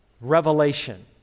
revelation